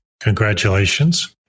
Congratulations